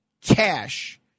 cash